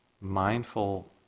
mindful